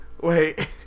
Wait